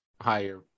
higher